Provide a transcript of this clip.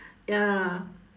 ya